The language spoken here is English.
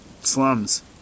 slums